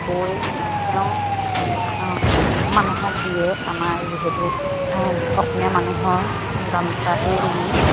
বৈ তেওঁ মানুহক দিয়ে আমাৰ যিহেতু অসমীয়া মানুহৰ গামোচাটোৱেই মেইন